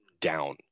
down